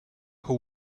who